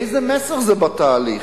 איזה מסר זה בתהליך?